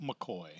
McCoy